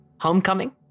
Homecoming